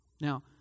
Now